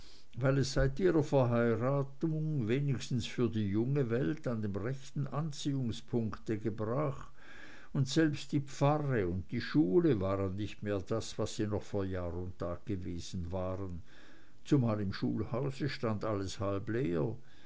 weil es seit ihrer verheiratung wenigstens für die junge welt an dem rechten anziehungspunkt gebrach und selbst die pfarre und die schule waren nicht mehr das was sie noch vor jahr und tag gewesen waren zumal im schulhaus stand alles halb leer